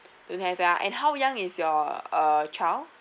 don't have ya and how young is your uh child